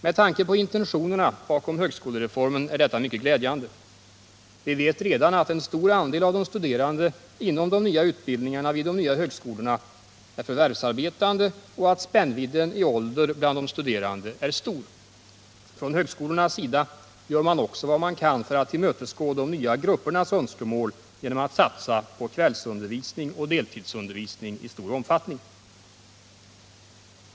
Med tanke på intentionerna bakom högskolereformen är detta mycket glädjande. Vi vet redan att en stor andel av de studerande inom de nya utbildningarna vid de nya högskolorna är förvärvsarbetande och att spännvidden i ålder bland de studerande är stor. Från högskolornas sida gör man också vad man kan för att tillmötesgå de nya gruppernas önskemål genom att satsa på kvällsundervisning och deltidsundervisning i stor omfattning.